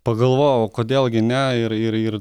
pagalvojau kodėl gi ne ir ir ir